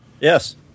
Yes